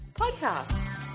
podcast